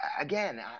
Again